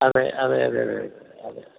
അതെ അതെ അതെ അതെ അതെ